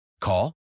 Call